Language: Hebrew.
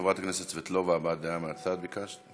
חברת הכנסת סבטלובה, הבעת דעה מהצד ביקשת?